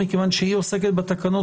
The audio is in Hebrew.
מכיוון שהיא עוסקת בתקנות,